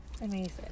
amazing